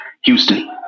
Houston